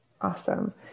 Awesome